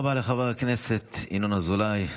תודה רבה לחבר הכנסת ינון אזולאי,